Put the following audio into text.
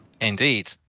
Indeed